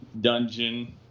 dungeon